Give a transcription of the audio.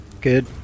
Good